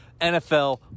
NFL